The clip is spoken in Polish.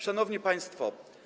Szanowni Państwo!